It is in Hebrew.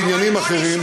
בעניינים אחרים,